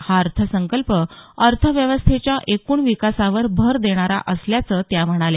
हा अर्थसंकल्प हा अर्थव्यवस्थेच्या एकूण विकासावर भर देणारा असल्याचं त्या म्हणाल्या